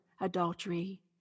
adultery